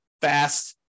fast